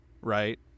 right